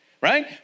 right